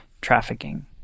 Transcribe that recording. trafficking